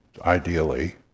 ideally